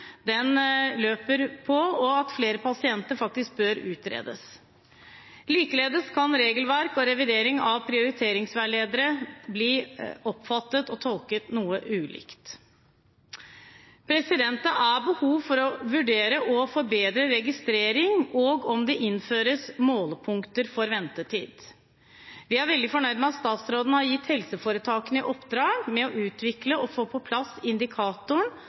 den medisinskfaglige og teknologiske utviklingen løper på, og at flere pasienter faktisk bør utredes. Likeledes kan regelverk og revidering av prioriteringsveiledere bli oppfattet og tolket noe ulikt. Det er behov for å vurdere å forbedre registrering og om det skal innføres målepunkter for ventetid. Vi er veldig fornøyd med at statsråden har gitt helseforetakene i oppdrag å utvikle og få på plass indikatoren